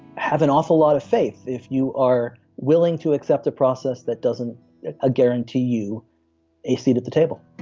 have an awful lot of faith if you are willing to accept a process that doesn't ah guarantee you a seat at the table.